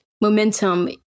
momentum